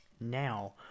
now